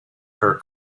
her